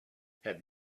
have